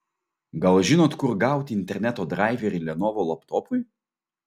gal žinot kur gauti interneto draiverį lenovo laptopui